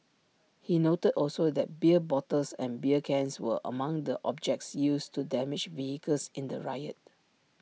he noted also that beer bottles and beer cans were among the objects used to damage vehicles in the riot